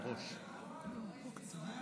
שמח לשמוע.